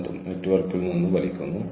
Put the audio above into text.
രാജ്യത്തെ സേവിക്കാനാണ് നമ്മൾ ശ്രമിക്കുന്നത്